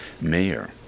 mayor